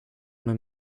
man